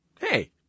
Hey